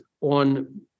on